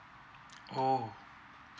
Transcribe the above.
oh